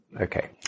Okay